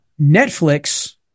Netflix